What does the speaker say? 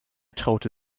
traute